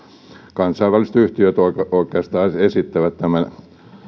kansainväliset yhtiöt oikeastaan esittävät tämän